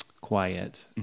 quiet